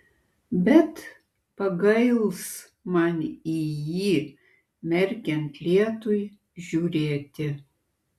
bet pagails man į jį merkiant lietui žiūrėti